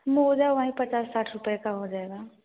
मोजा वही पचास साठ रुपये का हो जाएगा